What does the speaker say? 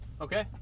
Okay